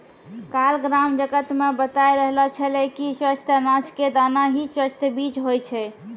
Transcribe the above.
काल ग्राम जगत मॅ बताय रहलो छेलै कि स्वस्थ अनाज के दाना हीं स्वस्थ बीज होय छै